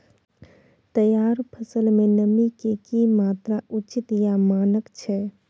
तैयार फसल में नमी के की मात्रा उचित या मानक छै?